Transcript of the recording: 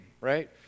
right